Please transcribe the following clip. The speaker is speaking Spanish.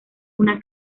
una